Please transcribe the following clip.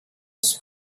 was